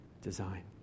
design